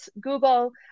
Google